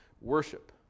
Worship